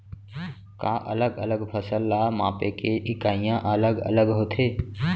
का अलग अलग फसल ला मापे के इकाइयां अलग अलग होथे?